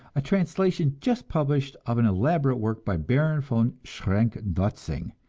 a translation just published of an elaborate work by baron von schrenck-notzing,